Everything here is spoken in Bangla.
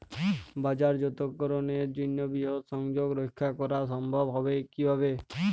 বাজারজাতকরণের জন্য বৃহৎ সংযোগ রক্ষা করা সম্ভব হবে কিভাবে?